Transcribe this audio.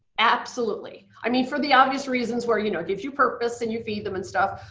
absolutely. i mean, for the obvious reasons where you know it gives you purpose and you feed them and stuff,